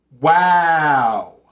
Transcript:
Wow